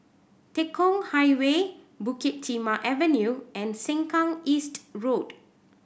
Tekong Highway Bukit Timah Avenue and Sengkang East Road